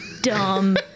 Dumb